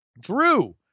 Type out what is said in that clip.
Drew